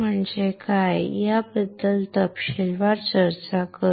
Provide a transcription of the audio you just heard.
म्हणजे काय याबद्दल तपशीलवार चर्चा करू